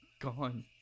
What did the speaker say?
gone